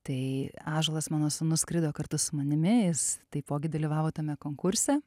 tai ąžuolas mano sūnus skrido kartu su manimi jis taipogi dalyvavo tame konkurse